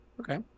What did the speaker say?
Okay